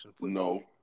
No